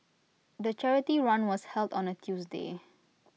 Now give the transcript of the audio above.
the charity run was held on A Tuesday